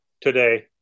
today